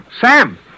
Sam